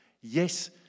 Yes